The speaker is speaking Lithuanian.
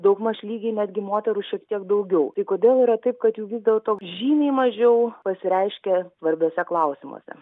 daugmaž lygi netgi moterų šiek tiek daugiau tai kodėl yra taip kad jų vis dėlto žymiai mažiau pasireiškia svarbesniuose klausimuose